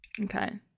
Okay